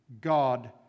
God